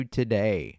today